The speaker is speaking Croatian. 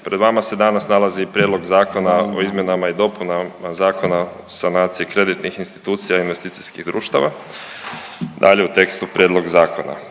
pred vama se danas nalazi i Prijedlog Zakona o izmjenama i dopunama Zakona o sanaciji kreditnih institucija i investicijskih društava, dalje u tekstu prijedlog zakona.